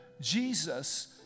Jesus